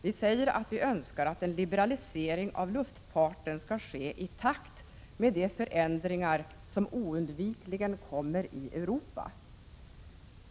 Vi säger att vi Önskar att en liberalisering av luftfarten skall ske i takt med de förändringar som oundvikligen sker i Europa.